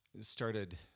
started